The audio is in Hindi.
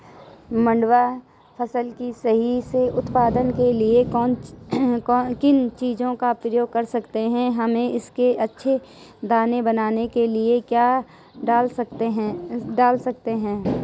मंडुवा फसल के सही से उत्पादन के लिए किन चीज़ों का प्रयोग कर सकते हैं हम इसके अच्छे दाने बनाने के लिए क्या डाल सकते हैं?